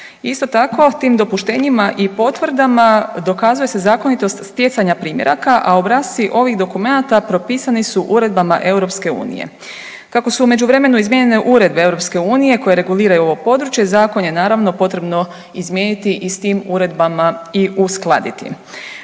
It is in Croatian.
Isto tako tim dopuštenjima i potvrdama dokazuje se zakonitost stjecanja primjeraka, a obrasci ovih dokumenata propisani su uredbama EU. Kako su u međuvremenu izmijenjene uredbe EU koje reguliraju ovo područje zakon je naravno potrebno izmijeniti i s tim uredbama i uskladiti.